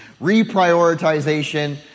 reprioritization